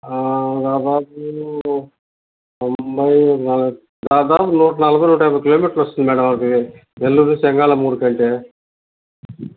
దాదాపూ తొంభై దాదాపు నూట నలభై నూటాభై కిలోమీటర్లొస్తుంది మేడం అది నెల్లూరు చంగాళమ్మ గుడికంటే